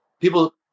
people